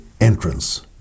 entrance